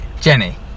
Jenny